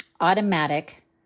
automatic